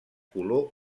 color